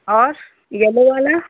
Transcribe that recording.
और येलो वाला